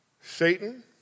Satan